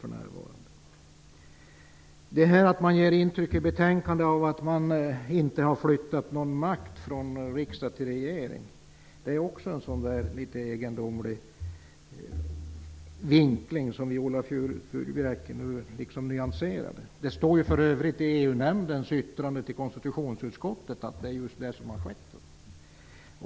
Att man i betänkandet ger intrycket av att någon makt inte har flyttats från riksdag till regering, är också en egendomlig vinkling som Viola Furubjelke nu nyanserade. Det står för övrigt i EU-nämndens yttrande till konstitutionsutskottet att det är just detta som har skett.